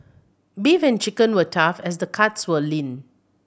beef and chicken were tough as the cuts were lean